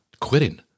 quitting